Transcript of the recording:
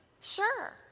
sure